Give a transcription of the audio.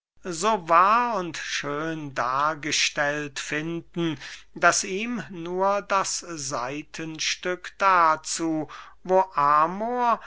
so wahr und schön dargestellt finden daß ihm nur das seitenstück dazu wo amor